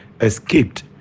escaped